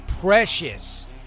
precious